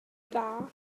dda